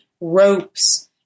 ropes